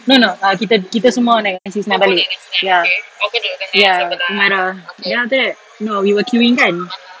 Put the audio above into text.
no no err kita kita semua naik nine six nine balik ya ya umirah then after that no we were queueing kan